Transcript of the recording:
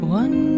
one